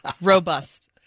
Robust